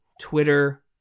Twitter